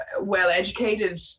well-educated